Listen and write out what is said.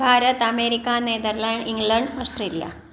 Bharat America Netherland England Australia